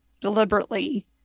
deliberately